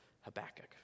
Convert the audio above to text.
Habakkuk